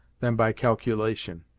than by calculation.